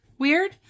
weird